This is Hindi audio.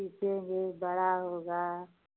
इसीलिए बड़ा होगा